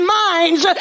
minds